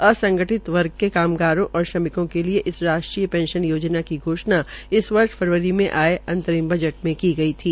असंगठित वर्ग कामगारों और श्रमिकों के लिये इस राष्ट्रीय पेंशन योजना की घोषणा इस वर्ष फरवरी में आये आंतरिम बजट में की गई थी